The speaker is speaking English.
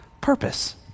Purpose